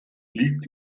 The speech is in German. liegt